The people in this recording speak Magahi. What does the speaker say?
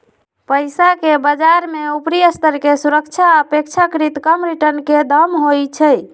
पइसाके बजार में उपरि स्तर के सुरक्षा आऽ अपेक्षाकृत कम रिटर्न के दाम होइ छइ